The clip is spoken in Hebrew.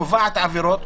קובעת עבירות,